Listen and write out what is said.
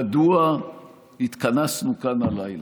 מדוע התכנסנו כאן הלילה?